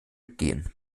gehen